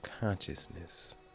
consciousness